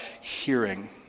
hearing